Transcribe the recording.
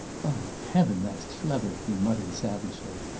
by heaven, that's clever! he muttered savagely.